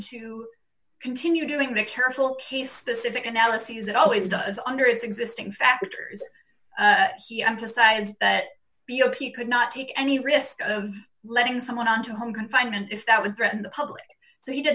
to continue doing the careful case the civic analyses it always does under its existing factors he emphasized that b o p could not take any risk of letting someone on to home confinement if that was threatened public so he did